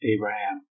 Abraham